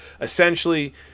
essentially